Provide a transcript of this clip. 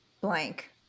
blank